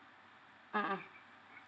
mmhmm